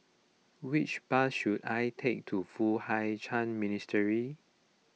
which bus should I take to Foo Hai Ch'an Minastery